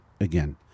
again